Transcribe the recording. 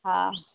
हँ